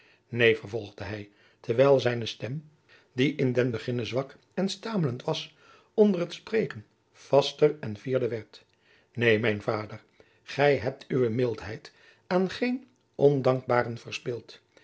neen vervolgde hij terwijl zijne stem die in den beginne zwak en stamelend was onder t spreken vaster en fierder werd neen mijn vader gij hebt uwe mildheid aan geen ondankbaren verspild